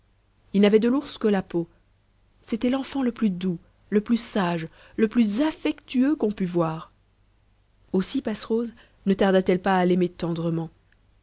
il n'avait de l'ours que la peau c'était l'enfant le plus doux le plus sage le plus affectueux qu'on pût voir aussi passerose ne tarda t elle pas à l'aimer tendrement